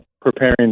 preparing